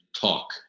talk